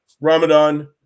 ramadan